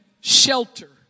shelter